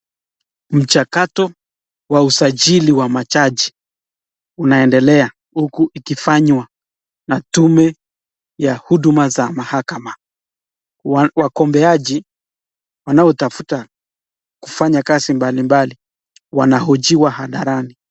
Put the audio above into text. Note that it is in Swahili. Mchakato wa usajili wa majaji unaendelea uku ikifanywa na tume ya huduma za mahakama. Wagombeaji wanaotafuta kufanya kazi mbalimbali wanahojiwa hadharani.